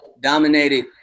dominated